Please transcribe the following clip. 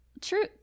true